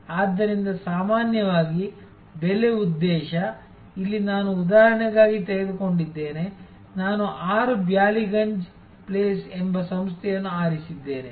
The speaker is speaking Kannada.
ಆದ್ದರಿಂದ ಸಾಮಾನ್ಯವಾಗಿ ಬೆಲೆ ಉದ್ದೇಶ ಇಲ್ಲಿ ನಾನು ಉದಾಹರಣೆಗಾಗಿ ತೆಗೆದುಕೊಂಡಿದ್ದೇನೆ ನಾನು 6 ಬ್ಯಾಲಿಗಂಜ್ ಪ್ಲೇಸ್ ಎಂಬ ಸಂಸ್ಥೆಯನ್ನು ಆರಿಸಿದ್ದೇನೆ